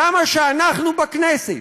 למה שאנחנו בכנסת,